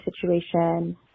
situation